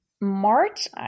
March